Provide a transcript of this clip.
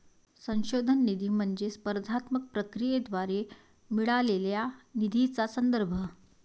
संशोधन निधी म्हणजे स्पर्धात्मक प्रक्रियेद्वारे मिळालेल्या निधीचा संदर्भ